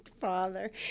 Father